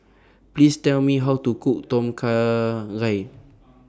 Please Tell Me How to Cook Tom Kha Gai